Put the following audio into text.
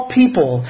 people